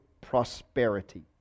prosperity